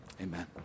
amen